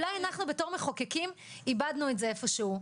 אולי אנחנו בתור מחוקקים איבדנו את זה איפשהו,